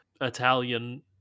Italian